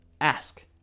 ask